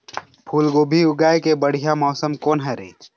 फूलगोभी उगाए के बढ़िया मौसम कोन हर ये?